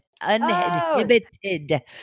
uninhibited